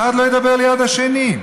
אחד לא ידבר ליד השני.